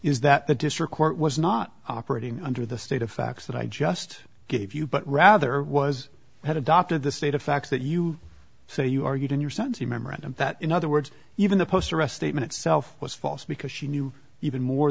is that the district court was not operating under the state of facts that i just gave you but rather was had adopted the state of facts that you say you argued in your sunday memorandum that in other words even the post arrest statement itself was false because she knew even more